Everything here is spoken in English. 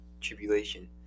tribulation